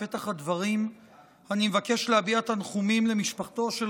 בפתח הדברים אני מבקש להביע תנחומים למשפחתו של